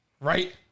right